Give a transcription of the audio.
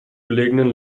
gelegenen